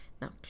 Now